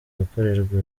gukorerwa